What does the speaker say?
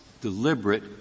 deliberate